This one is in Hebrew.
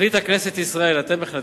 החליטה כנסת ישראל, אתם החלטתם,